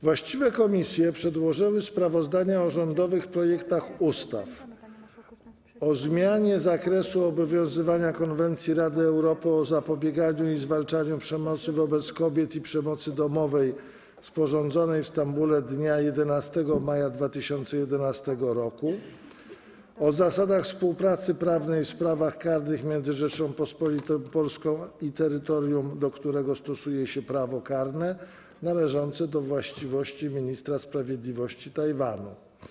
Właściwe komisje przedłożyły sprawozdania o rządowych projektach ustaw: - o zmianie zakresu obowiązywania Konwencji Rady Europy o zapobieganiu i zwalczaniu przemocy wobec kobiet i przemocy domowej, sporządzonej w Stambule dnia 11 maja 2011 r., - o zasadach współpracy prawnej w sprawach karnych między Rzecząpospolitą Polską i terytorium, do którego stosuje się prawo karne należące do właściwości ministra sprawiedliwości Tajwanu.